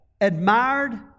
admired